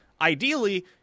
Ideally